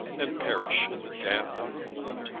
and perish in the damp and cold,